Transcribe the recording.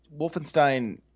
Wolfenstein